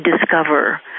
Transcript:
discover